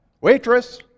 Waitress